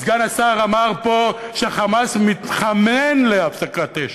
סגן השר אמר פה ש"חמאס" מתחנן להפסקת אש.